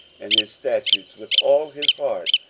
and his statutes, with all his heart,